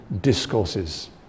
discourses